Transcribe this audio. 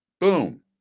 boom